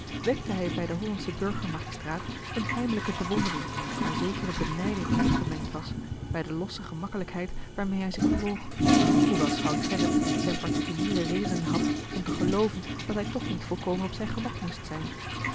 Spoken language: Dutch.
wekte hij bij den hollandschen burger magistraat een heimelijke bewondering waar zekere benijding onder gemengd was bij de losse gemakkelijkheid waarmeê hij zich bewoog hoewel schout gerrit zijne particuliere redenen had om te gelooven dat hij toch niet volkomen op zijn gemak moest zijn